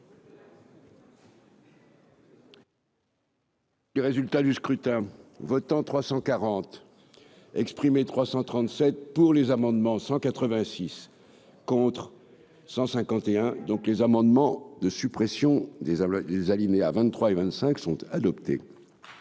Les résultats du scrutin votants 340 exprimés 337 pour les amendements 186 contre 151 donc les amendements de suppression des alinéas 23 et 25 sont adoptés.